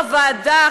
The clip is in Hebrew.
ויושבת-ראש הוועדה,